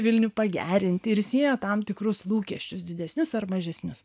vilnių pagerinti ir siejo tam tikrus lūkesčius didesnius ar mažesnius